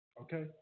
Okay